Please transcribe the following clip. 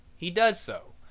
he does so,